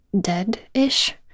dead-ish